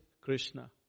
Krishna